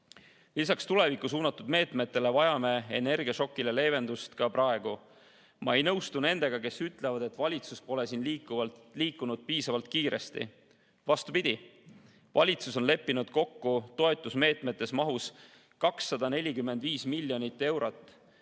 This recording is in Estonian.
tulevikku suunatud meetmetele vajame energiašokile leevendust ka praegu. Ma ei nõustu nendega, kes ütlevad, et valitsus pole siin liikunud piisavalt kiiresti. Vastupidi, valitsus on leppinud kokku toetusmeetmed mahus 245 miljonit eurot,